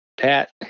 Pat